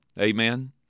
Amen